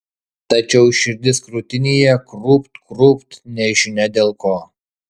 tačiau širdis krūtinėje krūpt krūpt nežinia dėl ko